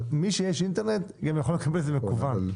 אז למי שיש אינטרנט גם יכול לקבל את זה מקוון.